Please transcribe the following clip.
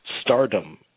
stardom